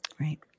right